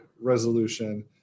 resolution